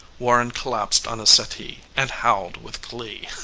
warren collapsed on a settee and howled with glee.